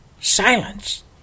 Silence